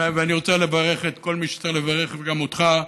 ואני רוצה לברך את כל מי שצריך לברך, וגם אותך,